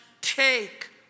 take